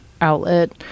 Outlet